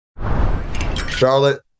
Charlotte